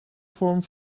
vorm